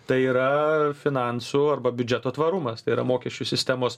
tai yra finansų arba biudžeto tvarumas tai yra mokesčių sistemos